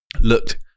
looked